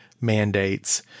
mandates –